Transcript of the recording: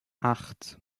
acht